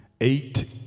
Eight